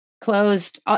closed